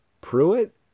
pruitt